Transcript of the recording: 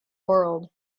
world